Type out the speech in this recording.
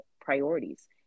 priorities